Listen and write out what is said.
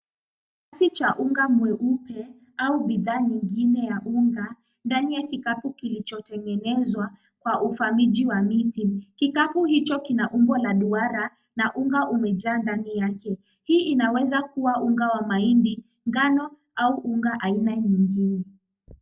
Kiasi cha unga mweupe au bidhaa nyingine ya unga, ndani ya kikapu kilichotengenezwa kwa ufamiji wa miti. Kikapu hicho kina umbo la duara na unga umejaa ndani yake. Hii inaweza kuwa unga wa mahindi, ngano au unga aina nyingine.